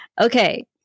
Okay